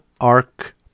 Arc